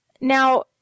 Now